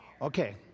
Okay